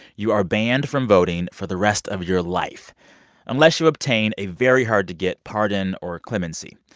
you are banned from voting for the rest of your life unless you obtain a very hard-to-get pardon or clemency.